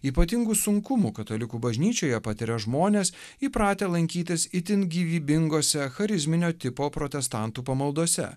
ypatingų sunkumų katalikų bažnyčioje patiria žmonės įpratę lankytis itin gyvybingose charizminio tipo protestantų pamaldose